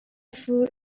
food